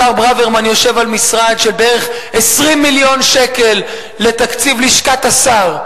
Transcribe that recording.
השר ברוורמן יושב על משרד של 20 מיליון שקל בערך לתקציב לשכת השר.